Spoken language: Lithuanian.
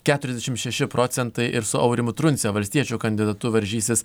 keturiasdešimt šeši procentai ir su aurimu trunce valstiečių kandidatu varžysis